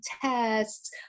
tests